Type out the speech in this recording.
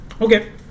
Okay